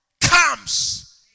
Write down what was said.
comes